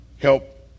help